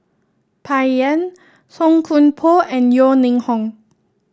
Bai Yan Song Koon Poh and Yeo Ning Hong